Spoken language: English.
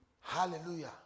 Hallelujah